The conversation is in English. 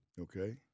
Okay